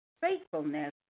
Faithfulness